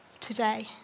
today